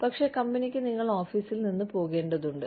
പക്ഷേ കമ്പനിക്ക് നിങ്ങൾ ഓഫീസിൽ നിന്ന് പോകേണ്ടതുണ്ട്